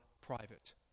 private